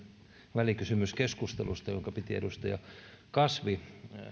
välikysymyskeskustelusta jonka piti edustaja kasvi